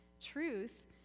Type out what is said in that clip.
truth